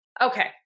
Okay